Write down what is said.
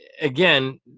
again